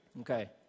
Okay